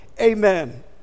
Amen